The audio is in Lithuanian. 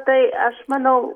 tai aš manau